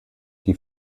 die